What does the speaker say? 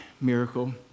miracle